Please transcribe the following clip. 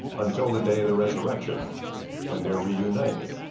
until the day of the resurrection when they're reunited.